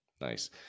Nice